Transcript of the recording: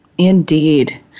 Indeed